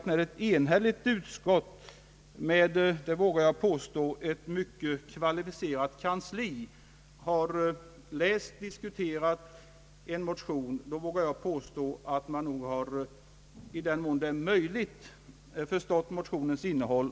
När ett utskott med — det vågar jag påstå — ett mycket kvalificerat kansli har läst och diskuterat motionen, så tycker jag nog att man kan utgå från att utskottet, i den mån det är möjligt, även har förstått motionens innehåll.